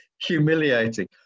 humiliating